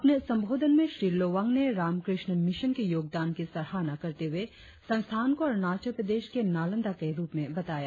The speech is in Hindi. अपने संबोधन में श्री लोवांग ने रामकृष्ण मिशन के योगदान की सराहना करते हुए संस्थान को अरुणाचल प्रदेश के नालंदा के रुप में बताया